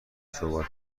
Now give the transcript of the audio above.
صحبت